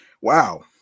Wow